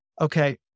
Okay